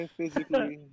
Physically